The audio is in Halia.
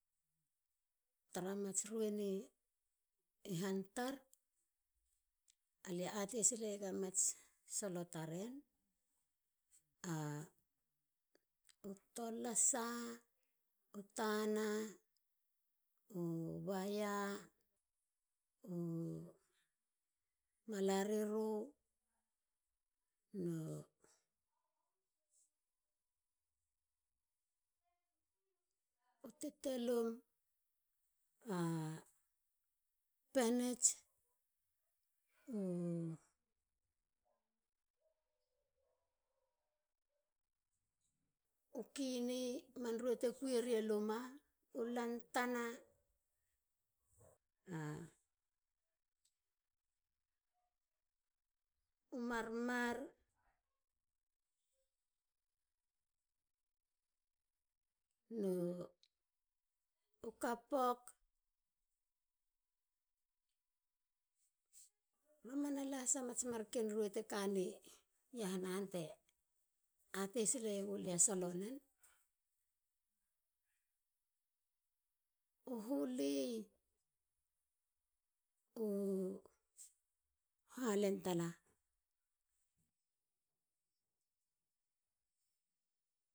Tara mats rue ni han tar lie atei silega mats solo taren. u tolasa. u tanna. baia. u mahariru. tetelum a penits. u kini. man rue te kuieri a luma. u lantana. u marmar. nu kapok. mamana matsrue te kani iahana han te atei sileiegulia. u huli. u naha len tala,